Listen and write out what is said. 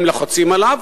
הם לוחצים עליו,